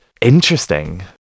interesting